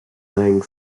named